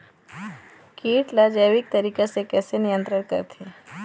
कीट ला जैविक तरीका से कैसे नियंत्रण करथे?